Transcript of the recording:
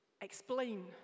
explain